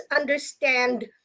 understand